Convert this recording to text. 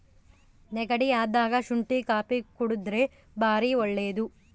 ನೆಗಡಿ ಅದಾಗ ಶುಂಟಿ ಕಾಪಿ ಕುಡರ್ದೆ ಬಾರಿ ಒಳ್ಳೆದು